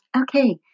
Okay